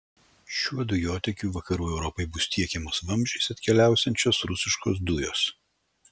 šiuo dujotiekiu vakarų europai bus tiekiamos vamzdžiais atkeliausiančios rusiškos dujos